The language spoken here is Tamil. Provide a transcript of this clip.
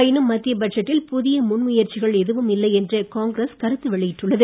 ஆயினும் மத்திய பட்ஜெட்டில் புதிய முன்முயற்சிகள் எதுவும் இல்லை என்று காங்கிரஸ் கருத்து வெளியிட்டுள்ளது